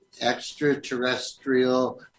extraterrestrial